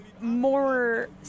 more